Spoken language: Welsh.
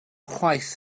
chwaith